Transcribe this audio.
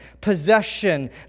possession